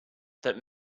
that